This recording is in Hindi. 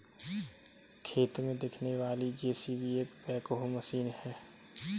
खेत में दिखने वाली जे.सी.बी एक बैकहो मशीन है